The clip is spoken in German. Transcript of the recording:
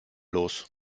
los